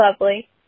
lovely